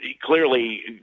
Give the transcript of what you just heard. clearly